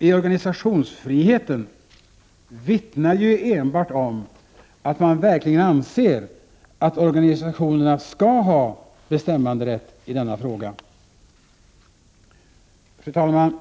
i organisationsfriheten vittnar ju enbart om att man verkligen anser att organisationerna skall ha bestämmanderätt i denna fråga. Fru talman!